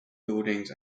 buildings